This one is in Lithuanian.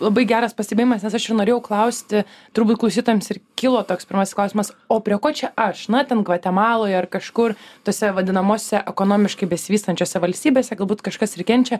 labai geras pastebėjimas nes aš ir norėjau klausti turbūt klausytojams ir kilo toks pirmasis klausimas o prie ko čia aš na ten gvatemaloj ar kažkur tose vadinamose ekonomiškai besivystančiose valstybėse galbūt kažkas ir kenčia